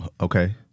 Okay